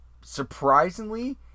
surprisingly